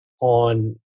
on